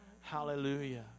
Hallelujah